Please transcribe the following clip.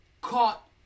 caught